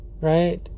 right